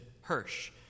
Hirsch